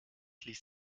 ließ